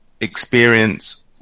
experience